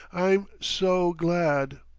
i'm so glad.